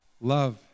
love